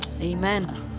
Amen